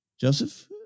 Joseph